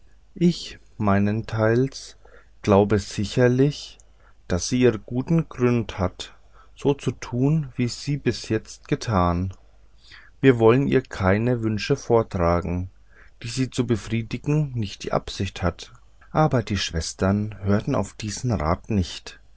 ich meinesteils glaube sicherlich daß sie ihren guten grund hat so zu tun wie sie bis jetzt getan wir wollen ihr keine wünsche vortragen die sie zu befriedigen nicht die absicht hat aber die schwestern hörten auf diesen rat nicht